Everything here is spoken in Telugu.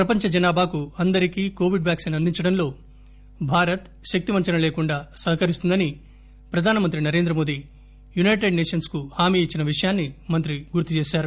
ప్రపంచ జనాభాకు అందరికీ కోవిడ్ వ్యాక్పిన అందించటంలో భారత్ శక్తి వంచన లేకుండా సహకరిస్తుందని ప్రధాన మంత్రి నరేంద్ర మోడీ యునైటెడ్ సేషన్స్ కు హామీ ఇచ్చిన విషయాన్పి మంత్రి గుర్తు చేశారు